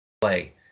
play